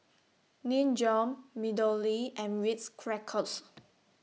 Nin Jiom Meadowlea and Ritz Crackers